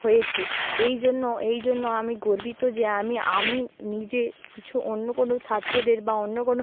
হয়েছি এই জন্য এই জন্য আমি গর্বিত যে আমি আমি নিজে কিছু অন্য কোনো ছাত্রদের বা অন্য কোনো